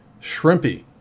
Shrimpy